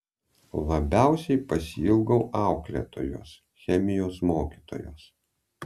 labiausiai pasiilgau auklėtojos chemijos mokytojos